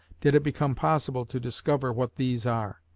did it become possible to discover what these are.